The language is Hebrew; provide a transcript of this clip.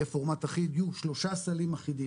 יהיה פורמט אחיד, יהיו שלושה סליים אחידים.